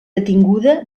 detinguda